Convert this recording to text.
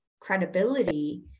credibility